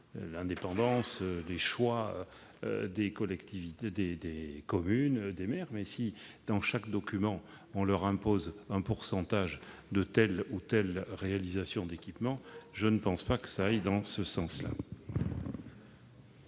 l'indépendance de choix des communes et des maires, mais si, dans chaque document, on leur impose un pourcentage de telle ou telle réalisation d'équipements, je ne pense pas que cela aille dans ce sens-là.